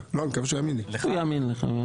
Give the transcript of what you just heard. הוא יאמין לך.